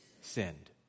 Sinned